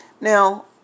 Now